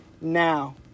now